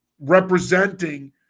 representing